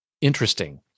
interesting